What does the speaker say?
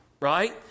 right